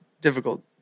difficult